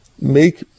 make